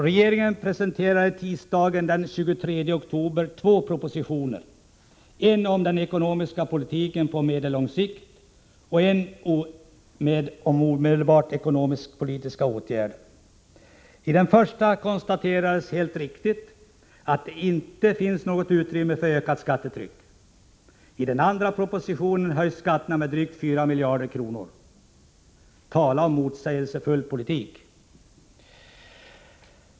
Regeringen presenterade tisdagen den 23 oktober två propositioner — en om den ekonomiska politiken på medellång sikt och en om omedelbara ekonomisk-politiska åtgärder. I den första propositionen konstateras helt riktigt att det inte finns något utrymme för ett ökat skattetryck. I den andra propositionen föreslås en höjning av skatterna med drygt 4 miljarder kronor. Tala om motsägelsefull politik!